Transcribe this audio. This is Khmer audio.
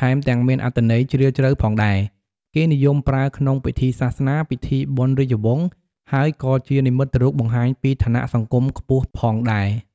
ថែមទាំងមានអត្ថន័យជ្រាលជ្រៅផងដែរ គេនិយមប្រើក្នុងពិធីសាសនា ពិធីបុណ្យរាជវង្ស ហើយក៏ជានិមិត្តរូបបង្ហាញពីឋានៈសង្គមខ្ពស់ផងដែរ។